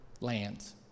lands